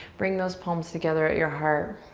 bring those palms together at your heart.